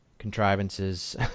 contrivances